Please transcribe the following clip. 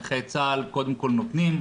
נכי צה"ל קודם כל נותנים.